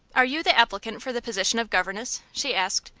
are you the applicant for the position of governess? she asked,